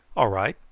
all right,